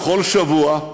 בכל שבוע,